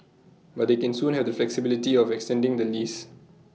but they can soon have the flexibility of extending the lease